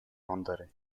andere